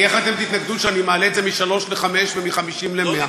כי איך אתם תתנגדו לכך שאני מעלה את זה משלוש לחמש ומ-50 ל-100.